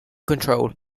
control